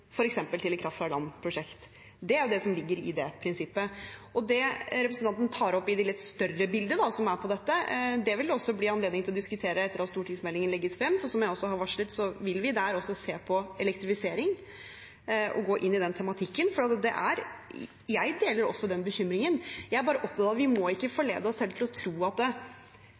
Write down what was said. til f.eks. et kraft-fra-land-prosjekt. Det er det som ligger i det prinsippet. Det representanten tar opp i det litt større bildet, vil det også bli anledning til å diskutere etter at stortingsmeldingen legges frem, for som jeg har varslet, vil vi der også se på elektrifisering og gå inn i den tematikken. Jeg deler også den bekymringen. Jeg er bare opptatt av at vi ikke må forlede oss selv til å tro at det